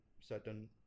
certain